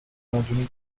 نادونی